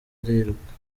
ariruka